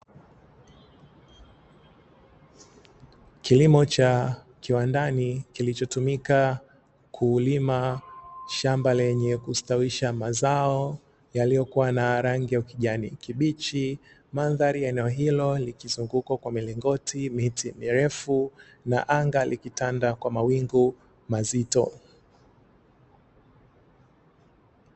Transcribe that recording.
Kilimo cha kiwandani kilichotumika kulima shamba lenye kustawisha mazao yaliyokuwa na rangi ya ukijani kibichi. Mandhari ya eneo hilo likizungukwa kwa milingoti, miti mirefu na anga likitanda kwa mawingu mazito.